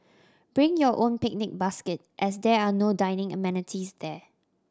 bring your own picnic basket as there are no dining amenities there